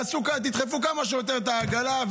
תדחפו כמה שיותר את העגלה,